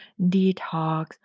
detox